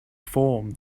form